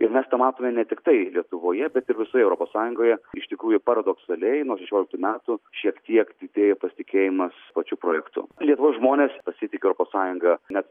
ir mes tą matome ne tiktai lietuvoje bet ir visoje europos sąjungoje iš tikrųjų paradoksaliai nuo šešioliktų metų šiek tiek didėja pasitikėjimas pačiu projektu lietuvos žmonės pasitiki europos sąjunga net